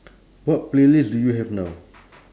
what playlist do you have now